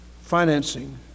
financing